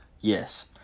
Yes